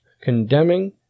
condemning